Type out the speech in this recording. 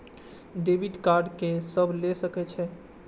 Debit card के सब ले सके छै?